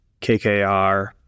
KKR